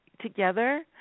together